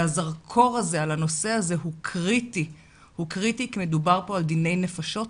והזרקור הזה על הנושא הזה הוא קריטי כי מדובר פה על דיני נפשות,